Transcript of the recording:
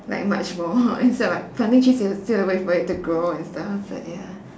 like much more instead of like planting trees you'll still have to wait for it to grow and stuff but ya